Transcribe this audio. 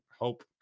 hope